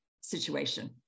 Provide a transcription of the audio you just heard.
situation